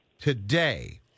today